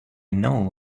know